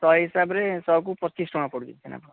ଶହ ହିସାବରେ ଶହକୁ ପଚିଶ ଟଙ୍କା ପଡ଼ୁଛି ଛେନାପୋଡ଼